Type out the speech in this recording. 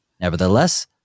Nevertheless